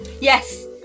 Yes